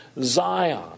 Zion